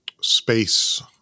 space